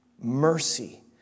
mercy